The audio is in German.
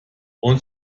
und